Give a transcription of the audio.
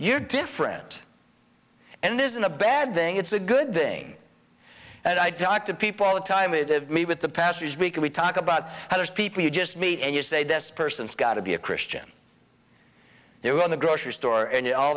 you're different and it isn't a bad thing it's a good thing and i duck to people all the time it hit me with the passersby can we talk about how those people you just meet and you say this person's got to be a christian they were in the grocery store and all